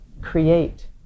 create